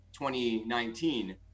2019